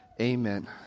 amen